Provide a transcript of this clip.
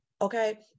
Okay